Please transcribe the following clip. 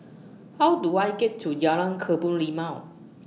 How Do I get to Jalan Kebun Limau